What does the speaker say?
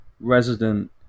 resident